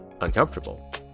uncomfortable